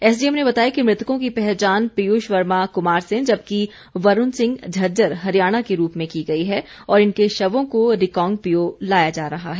SDM ने बताया कि मृतकों की पहचान पियूष वर्मा कुमारसेन जबकि वरूण सिंह झज्जर हरियाणा के रूप में की गई है और इनके शवों को रिकांगपिओ लाया जा रहा है